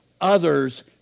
others